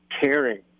caring